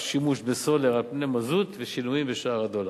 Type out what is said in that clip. שימוש בסולר על פני מזוט ושינויים בשער הדולר.